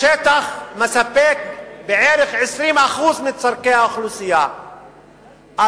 השטח מספק בערך 20% מצורכי האוכלוסייה,